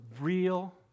real